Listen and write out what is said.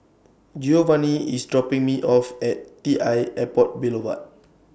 Geovanni IS dropping Me off At T L Airport Boulevard